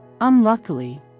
Unluckily